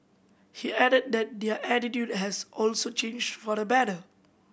he added that their attitude has also changed for the better